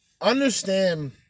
understand